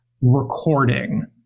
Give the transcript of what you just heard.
recording